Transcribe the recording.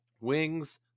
Wings